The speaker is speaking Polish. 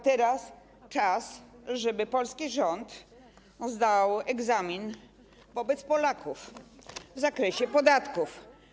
Teraz czas, żeby polski rząd zdał egzamin wobec Polaków w zakresie podatków.